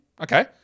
Okay